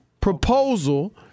proposal